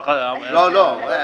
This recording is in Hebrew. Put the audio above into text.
לא, לא.